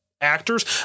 actors